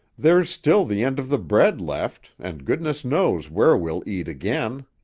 there's still the end of the bread left, and goodness knows where we'll eat again!